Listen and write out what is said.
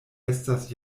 estas